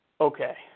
Okay